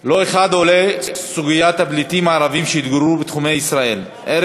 לא אחת עולה סוגיית הפליטים הערבים שהתגוררו בתחומי ישראל ערב